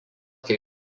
kaip